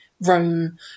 Rome